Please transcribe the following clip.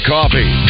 Coffee